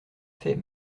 faits